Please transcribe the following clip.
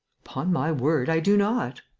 upon my word, i do not!